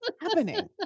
happening